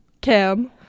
Cam